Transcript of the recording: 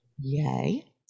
Yay